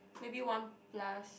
maybe one plus